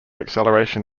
acceleration